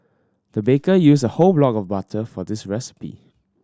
the baker used a whole block of butter for this recipe